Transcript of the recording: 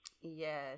yes